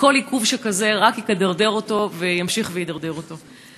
וכל עיכוב שכזה רק ידרדר אותו וימשיך וידרדר אותו.